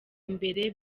imbere